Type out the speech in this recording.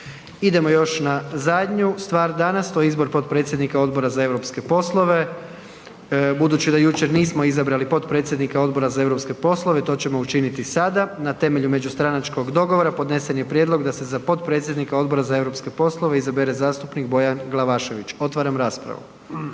Idemo još na zadnju stvar danas, to je izbor potpredsjednika Odbora za europske poslove. Budući da jučer nismo izabrali potpredsjednika Odbora za europske poslove to ćemo učiniti sada na temelju međustranačkog dogovora podnesen je prijedlog da se za potpredsjednika Odbora za europske poslove izabere zastupnik Bojan Glavašević. Otvaram raspravu.